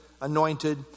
anointed